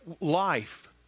life